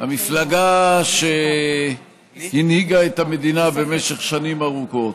המפלגה שהנהיגה את המדינה במשך שנים ארוכות,